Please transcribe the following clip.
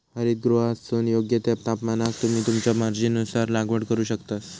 हरितगृहातसून योग्य त्या तापमानाक तुम्ही तुमच्या मर्जीनुसार लागवड करू शकतास